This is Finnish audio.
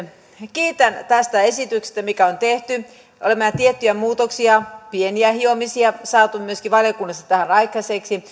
kiitän tästä esityksestä mikä on tehty olemme tiettyjä muutoksia pieniä hiomisia saaneet myöskin valiokunnassa tähän aikaiseksi